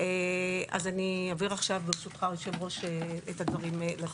אני אעביר את הדיבור לצוות.